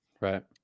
Right